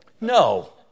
No